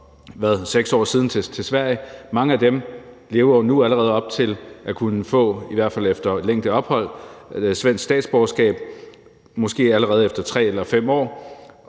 for 6 år siden til Sverige, ser man, at mange af dem allerede nu lever op til at kunne få, i hvert fald efter længde af ophold, svensk statsborgerskab, måske endda allerede efter 3 eller 5 år,